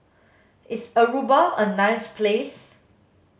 is Aruba a nice place